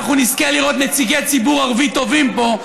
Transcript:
אנחנו נזכה לראות נציגי ציבור ערבי טובים פה,